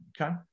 Okay